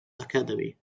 academy